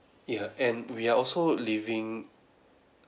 ya and we are also leaving